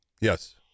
Yes